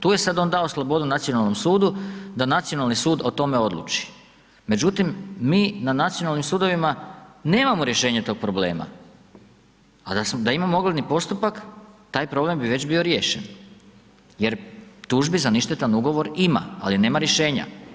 Tu je sad on dao slobodnu nacionalnom sudu da nacionalni sud o tome odluči međutim mi na nacionalnim sudovima nemamo rješenje tog problema ali da imamo ogledni postupak, taj problem bi već bio riješen jer tužbi za ništetan ugovor imali ali nema rješenja.